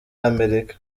amerika